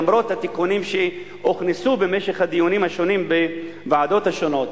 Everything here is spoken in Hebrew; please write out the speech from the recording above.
למרות התיקונים שהוכנסו במשך הדיונים השונים בוועדות השונות,